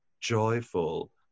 joyful